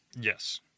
Yes